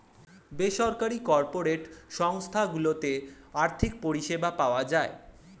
বেসরকারি কর্পোরেট সংস্থা গুলোতে আর্থিক পরিষেবা পাওয়া যায়